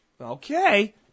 Okay